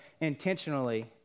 intentionally